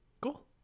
Cool